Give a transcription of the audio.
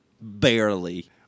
Barely